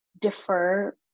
defer